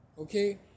Okay